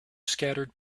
scattered